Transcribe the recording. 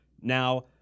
now